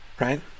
right